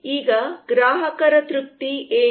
ಈಗ ಗ್ರಾಹಕರ ತೃಪ್ತಿ ಏನು